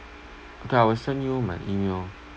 okay I will send you my email